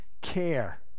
care